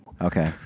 Okay